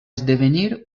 esdevenir